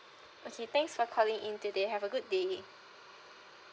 okay thanks for calling in today have a good day